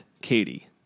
Katie